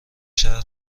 شهر